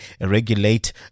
regulate